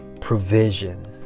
provision